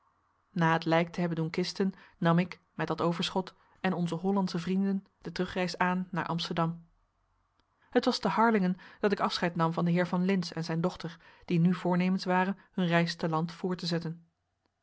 na het lijk te hebben doen kisten nam ik met dat overschot en onze hollandsche vrienden de terugreis aan naar amsterdam het was te harlingen dat ik afscheid nam van den heer van lintz en zijn dochter die nu voornemens waren hun reis te land voort te zetten